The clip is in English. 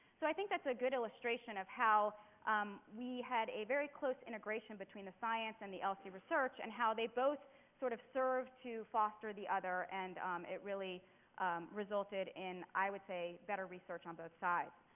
so, i think that's a good illustration of how we had a very close integration between the science and the lc research and how they both sort of served to foster the other and it really resulted in, i would say, better research on both sides.